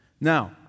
Now